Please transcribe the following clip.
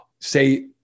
say